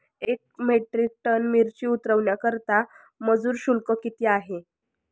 एक metric tonne मिरची उतरवण्याकरता मजूर शुल्क किती आहे?